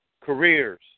careers